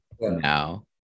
now